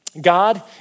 God